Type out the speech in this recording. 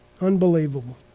Unbelievable